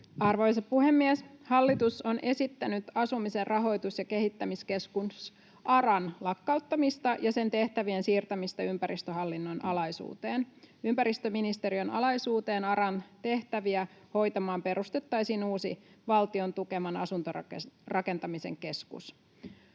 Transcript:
Arvoisa puhemies! Hallitus on esittänyt Asumisen rahoitus- ja kehittämiskeskus ARAn lakkauttamista ja sen tehtävien siirtämistä ympäristöhallinnon alaisuuteen. Ympäristöministeriön alaisuuteen ARAn tehtäviä hoitamaan perustettaisiin uusi Valtion tukeman asuntorakentamisen keskus.